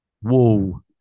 Whoa